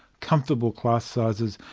comfortable class sizes,